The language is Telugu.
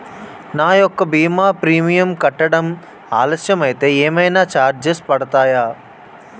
నా యెక్క భీమా ప్రీమియం కట్టడం ఆలస్యం అయితే ఏమైనా చార్జెస్ పడతాయా?